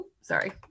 sorry